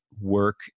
work